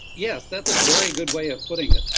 yes, that's a very good way of putting it.